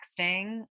texting